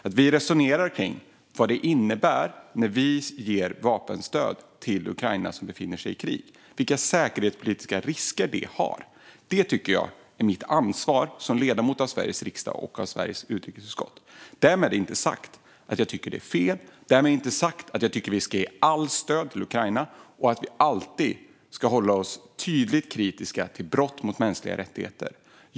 Att resonera kring vad det innebär när vi ger vapenstöd till Ukraina, som befinner sig i krig, och vilka säkerhetspolitiska risker det medför tycker jag är mitt ansvar som ledamot av Sveriges riksdag och dess utrikesutskott. Därmed inte sagt att jag tycker att det är fel eller att jag inte tycker att vi ska ge allt stöd till Ukraina. Vi ska alltid förhålla oss tydligt kritiska till brott mot mänskliga rättigheter.